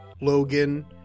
Logan